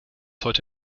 heute